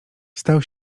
stał